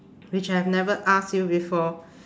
which I have never ask you before